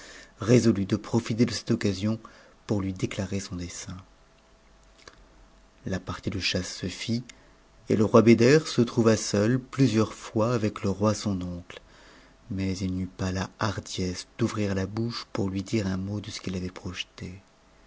résolu de profiter de celle occasion pour lui déc aret son dessein la partie de chasse se fit et le roi beder se trouva seul plusieurs tois avec le roi son oncle mais il n'eut pas la hardiesse d'ouvrir la bouche pour lui dire un mot de ce qu'il avait projeté